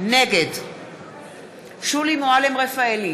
נגד שולי מועלם-רפאלי,